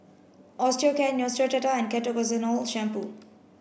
Osteocare Neostrata and Ketoconazole shampoo